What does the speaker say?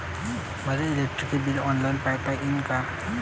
मले electric bill online पायता येईन का?